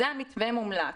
זה המתווה המומלץ.